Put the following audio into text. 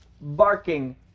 barking